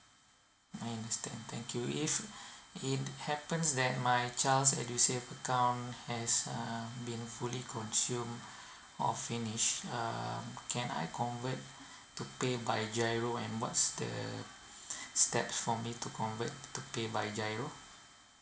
I understand thank you if if happens that my child's edusave account has uh been fully consumed or finished um can I convert to pay by G_I_R_O and what's the steps for me to convert to pay by G_I_R_O